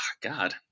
god